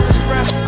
stress